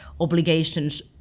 obligations